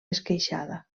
esqueixada